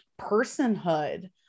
personhood